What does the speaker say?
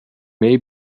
may